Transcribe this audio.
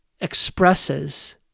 expresses